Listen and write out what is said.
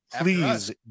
please